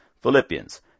Philippians